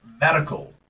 medical